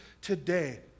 today